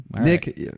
Nick